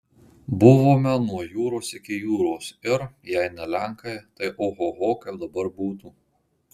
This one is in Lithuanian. buvome nuo jūros iki jūros ir jei ne lenkai tai ohoho kaip dabar būtų